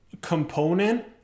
component